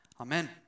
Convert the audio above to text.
Amen